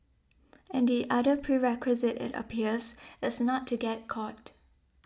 and the other prerequisite it appears is not to get caught